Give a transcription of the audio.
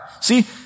See